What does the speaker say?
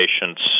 patients